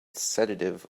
sedative